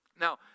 Now